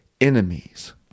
enemies